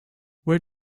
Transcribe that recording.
where